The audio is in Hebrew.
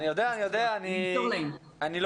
בימים האחרונים בכל יום